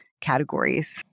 categories